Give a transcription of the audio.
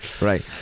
Right